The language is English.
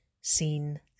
seen